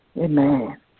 Amen